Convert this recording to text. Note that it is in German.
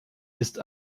ist